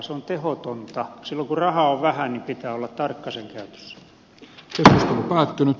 silloin kun rahaa on vähän pitää olla tarkka sen käytössä